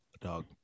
dog